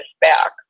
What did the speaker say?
back